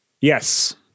Yes